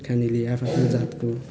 खानेले आफ्आफ्नो जातको